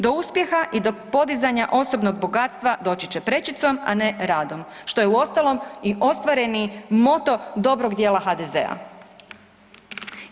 Do uspjeha i do podizanja osobnog bogatstva doći će prečicom, a ne radom, što je uostalom i ostvareni moto dobrog dijela HDZ-a.